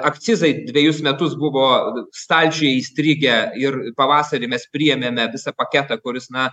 akcizai dvejus metus buvo stalčiuje įstrigę ir pavasarį mes priėmėme visą paketą kuris na